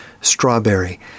strawberry